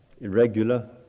irregular